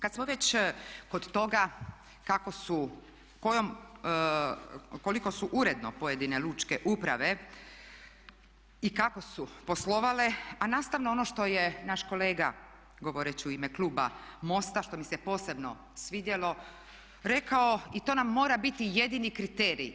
Kad smo već kod toga kako su, koliko su uredno pojedine lučke uprave i kako su poslovale a nastavno ono što je naš kolega govoreći u ime kluba MOST-a što mi se posebno svidjelo rekao i to nam mora biti jedini kriterij.